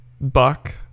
Buck